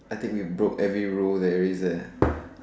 I think we broke every rule there is eh